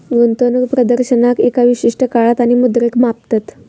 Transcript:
गुंतवणूक प्रदर्शनाक एका विशिष्ट काळात आणि मुद्रेत मापतत